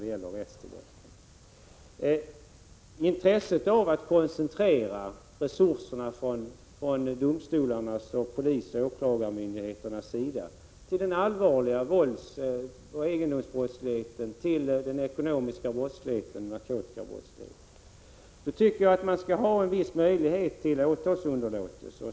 Domstolarnas samt polisoch åklagarmyndigheternas intresse av att koncentrera resurserna till allvarlig våldsoch egendomsbrottslighet samt till ekonomisk brottslighet och narkotikabrottslighet gör att det bör finnas vissa möjligheter till åtalsunderlåtelse.